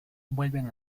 vuelven